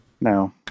No